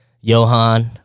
Johan